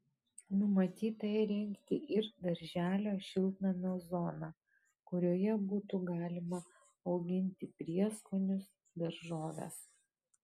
numatyta įrengti ir darželio šiltnamio zoną kurioje būtų galima auginti prieskonius daržoves